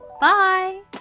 bye